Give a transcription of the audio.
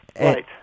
Right